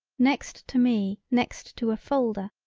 next to me next to a folder,